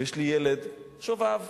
ויש לי ילד שובב,